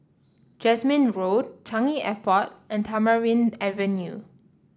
Jasmine Road Changi Airport and Tamarind Avenue